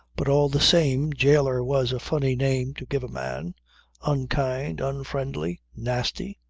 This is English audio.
but all the same jailer was a funny name to give a man unkind, unfriendly, nasty.